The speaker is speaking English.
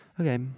okay